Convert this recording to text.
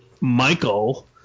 Michael